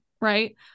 right